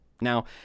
Now